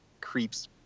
creeps